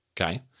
Okay